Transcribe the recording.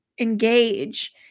engage